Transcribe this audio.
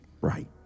Right